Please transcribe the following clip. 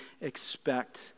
expect